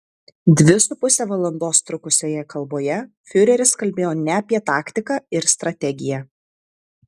dvi su puse valandos trukusioje kalboje fiureris kalbėjo ne apie taktiką ir strategiją